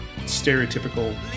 stereotypical